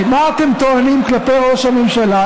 כי מה אתם טוענים כלפי ראש הממשלה?